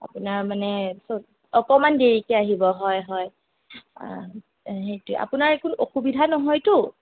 আপোনাৰ মানে অকণমান দেৰিকে আহিব হয় হয় সেইটোৱে আপোনাৰ কোনো অসুবিধা নহয়তো